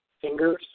Fingers